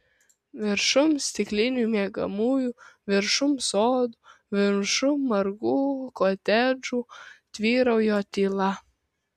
viršum stiklinių miegamųjų viršum sodų viršum margų kotedžų tvyrojo tyla